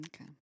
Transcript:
Okay